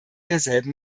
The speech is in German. derselben